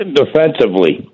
defensively